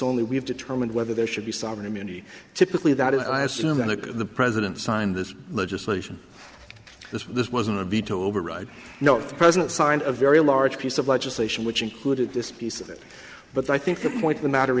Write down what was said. only we have determined whether there should be sovereign immunity typically that is i assume that the president signed this legislation this this wasn't a veto override no the president signed a very large piece of legislation which included this piece of it but i think the point the matter